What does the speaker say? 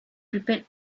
prepared